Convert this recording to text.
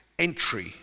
entry